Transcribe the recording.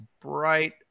bright